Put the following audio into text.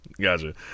Gotcha